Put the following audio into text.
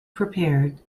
prepared